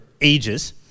ages